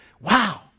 Wow